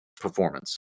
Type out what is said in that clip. performance